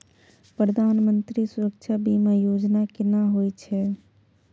प्रधानमंत्री सुरक्षा बीमा योजना केना होय छै?